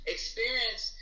Experience